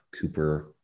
Cooper